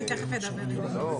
צער לי לומר, ניר.